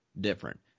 different